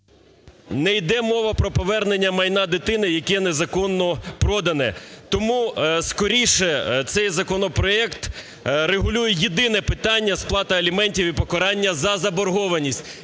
Не йде мова про повернення майна дитини, яке незаконно продане. Тому скоріше цей законопроект регулює єдине питання: сплата аліментів і покарання за заборгованість.